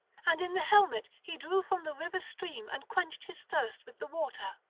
and in the helmet he drew from the river's stream and quenched his thirst with the water.